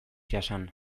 jasan